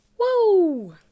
whoa